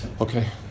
Okay